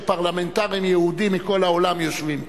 פרלמנטרים יהודים מכל העולם יושבים פה.